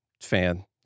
fan